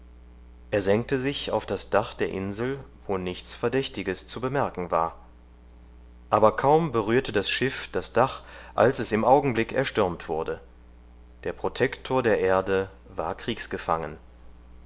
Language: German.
er senkte sich auf das dach der insel wo nichts verdächtiges zu bemerken war aber kaum berührte das schiff das dach als es im augenblick erstürmt wurde der protektor der erde war